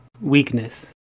weakness